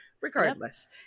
regardless